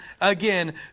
again